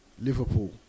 Liverpool